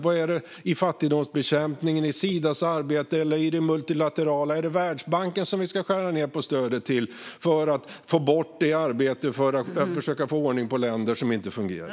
Vad är det i fattigdomsbekämpningen, Sidas arbete eller det multilaterala? Ska vi skära ned på stödet till Världsbanken för att få bort arbetet med att försöka få ordning på länder som inte fungerar?